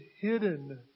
hidden